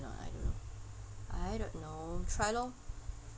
or not I don't know I don't know try lor